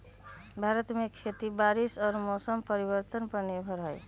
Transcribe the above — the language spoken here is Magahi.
भारत में खेती बारिश और मौसम परिवर्तन पर निर्भर हई